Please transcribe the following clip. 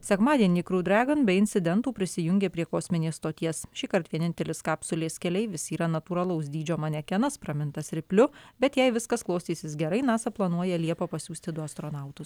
sekmadienį kru dragon be incidentų prisijungė prie kosminės stoties šįkart vienintelis kapsulės keleivis yra natūralaus dydžio manekenas pramintas ripliu bet jei viskas klostysis gerai nasa planuoja liepą pasiųsti du astronautus